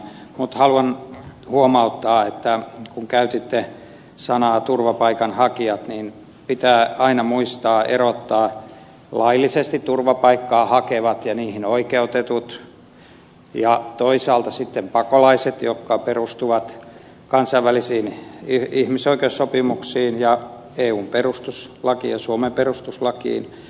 mutta haluan huomauttaa että kun käytitte sanaa turvapaikanhakijat niin pitää aina muistaa erottaa laillisesti turvapaikkaa hakevat ja niihin oikeutetut ja toisaalta sitten pakolaiset jotka perustuvat kansainvälisiin ihmisoikeussopimuksiin ja eun perustuslakiin ja suomen perustuslakiin